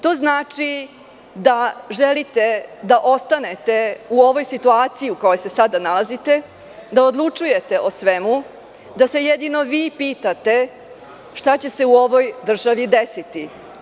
To znači da želite da ostanete u ovoj situaciji u kojoj se sada nalazite, da odlučujete o svemu, da se jedino vi pitate šta će se u ovoj državi desiti.